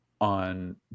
on